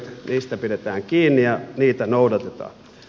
niistä pidetään kiinni ja niitä noudatetaan